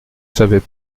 savais